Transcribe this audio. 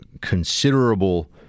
considerable